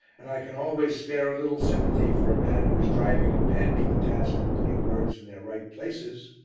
and i can always spare a little sympathy for a man who is driving a pen to the task of putting words in their right places.